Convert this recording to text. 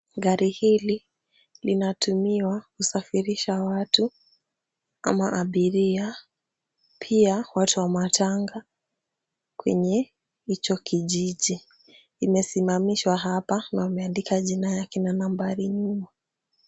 Gari hili linatumiwa kusafirisha watu ama abiria, pia watu wa matanga kwenye hicho kijiji. Limesimamishwa hapa na wameandika jina yake na nambari nyuma.